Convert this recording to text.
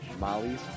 Molly's